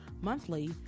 Monthly